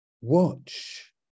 watch